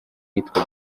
iyitwa